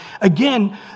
Again